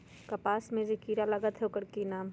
कपास में जे किरा लागत है ओकर कि नाम है?